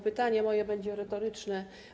Pytanie moje będzie retoryczne.